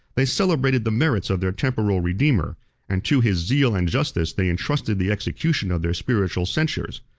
they celebrated the merits of their temporal redeemer and to his zeal and justice they intrusted the execution of their spiritual censures.